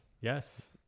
Yes